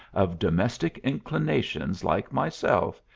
of domestic inclinations like myself,